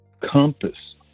compass